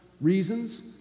reasons